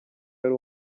yari